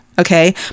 okay